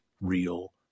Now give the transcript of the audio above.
real